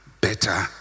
better